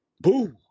Boo